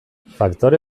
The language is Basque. faktore